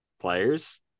players